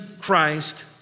Christ